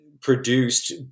produced